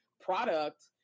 product